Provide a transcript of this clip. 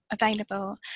available